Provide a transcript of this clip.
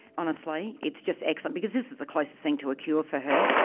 honestly, it's just excellent because this is the closest thing to a cure for her.